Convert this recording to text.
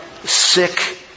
sick